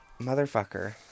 motherfucker